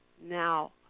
now